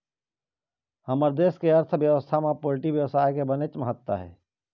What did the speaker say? हमर देश के अर्थबेवस्था म पोल्टी बेवसाय के बनेच महत्ता हे